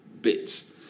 bits